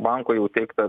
banko jau teigta